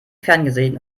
ferngesehen